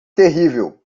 terrível